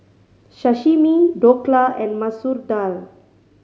Sashimi Dhokla and Masoor Dal